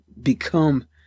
become